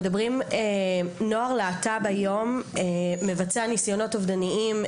נוער להט"ב היום מבצע ניסיונות אובדניים,